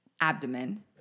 Abdomen